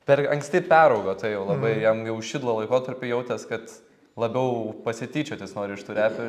per anksti peraugo tai jau labai jam jau šidlo laikotarpiu jautės kad labiau pasityčiot jis nori iš tų reperių